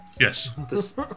Yes